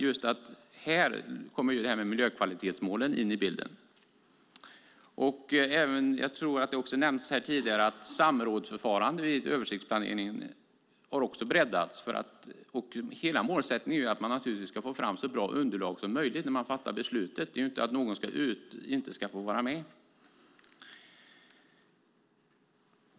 Jag tror att det nämndes tidigare att samrådsförfarande vid översiktsplanering har breddats, för hela målsättningen är naturligtvis att man ska få fram så bra underlag som möjligt när man fattar beslutet. Det är ju inte så att någon inte ska få vara med.